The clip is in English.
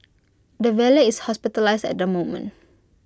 the valet is hospitalised at the moment